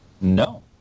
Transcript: No